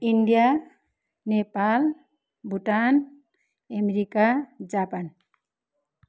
India Nepal Bhutan America Japan